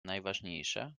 najważniejsze